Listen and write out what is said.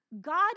God